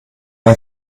man